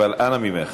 אבל אנא ממך.